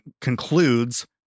concludes